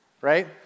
right